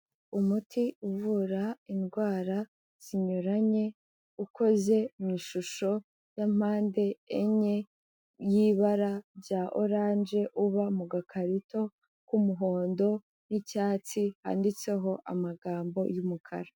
Umuti uvura indwara zinyuranye, ukoze mu ishusho ya mpande enye y'ibara rya orange, uba mu gakarito k'umuhondo n'icyatsi, handitseho amagambo y'umukara.